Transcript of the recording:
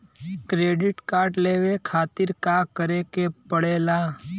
Credit card लेवे खातिर का करे के पड़ेला?